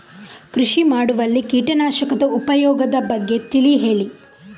ಕೃಷಿ ಮಾಡುವಲ್ಲಿ ಕೀಟನಾಶಕದ ಉಪಯೋಗದ ಬಗ್ಗೆ ತಿಳಿ ಹೇಳಿ